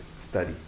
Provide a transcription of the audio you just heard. study